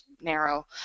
narrow